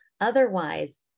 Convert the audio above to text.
Otherwise